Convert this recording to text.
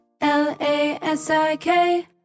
L-A-S-I-K